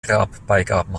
grabbeigaben